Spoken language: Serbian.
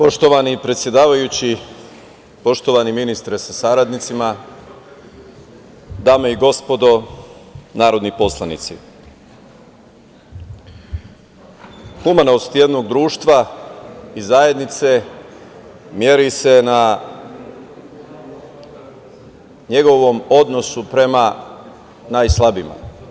Poštovani predsedavajući, poštovani ministre sa saradnicima, dame i gospodo narodni poslanici, humanost jednog društva i zajednice meri se na njegovom odnosu prema najslabijima.